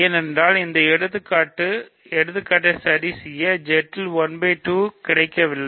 ஏனென்றால் இந்த எடுத்துக்காட்டை சரி செய்ய Z இல் 1 2 கிடைக்கவில்லை